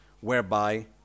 whereby